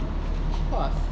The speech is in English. of course